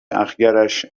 اَخگرش